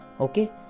Okay